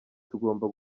tugomba